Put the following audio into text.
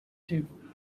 table